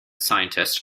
scientist